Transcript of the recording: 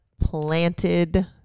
planted